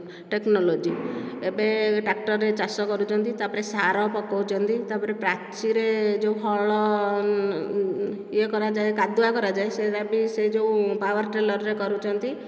technology ଏବେ tractor ରେ ଚାଷ କରୁଛନ୍ତି ତା ପରେ ସାର ପକାଉଛନ୍ତି ତାପରେ ପ୍ରାଚିରେ ଯେଉଁ ହଳ ଇଏ କରାଯାଏ କାଦୁଆ କରାଯାଏ ସୁଗୁଡ଼ାକ ବି ସେ ଯେଉଁ ପାୱାର ଟ୍ରେଲରରେ କରୁଛନ୍ତି